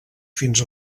fins